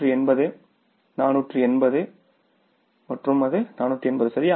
480 மற்றும் அது 480 சரியா